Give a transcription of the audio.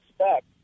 expect